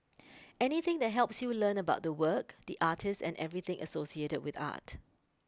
anything that helps you learn about the work the artist and everything associated with art